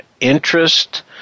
interest